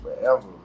forever